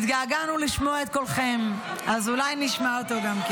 התגעגענו לשמוע את קולכם, אז אולי גם נשמע אותו.